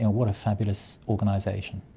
and what a fabulous organisation.